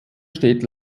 steht